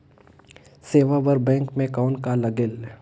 सेवा बर बैंक मे कौन का लगेल?